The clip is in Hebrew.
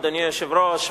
אדוני היושב-ראש,